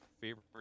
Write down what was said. favorite